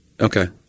Okay